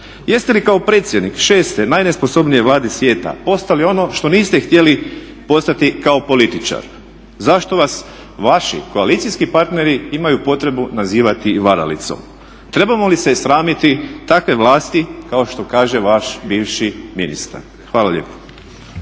Jeste li kao predsjednik šeste najnesposobnije Vlade svijeta postali ono što niste htjeli postati kao političar? Zašto vas vaši koalicijski partneri imaju potrebu nazivati varalicom? Trebamo li se sramiti takve vlasti kao što kaže vaš bivši ministar? Hvala lijepo.